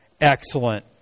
Excellent